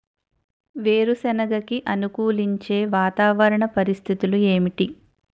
వేరుసెనగ కి అనుకూలించే వాతావరణ పరిస్థితులు ఏమిటి?